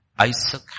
Isaac